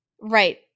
Right